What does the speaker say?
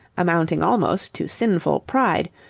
amounting almost to sinful pride,